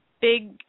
big